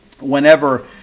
whenever